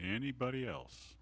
anybody else